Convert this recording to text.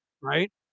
right